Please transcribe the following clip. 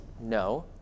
no